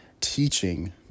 teaching